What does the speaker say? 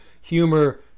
humor